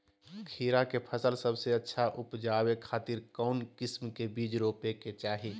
खीरा के फसल सबसे अच्छा उबजावे खातिर कौन किस्म के बीज रोपे के चाही?